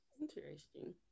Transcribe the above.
Interesting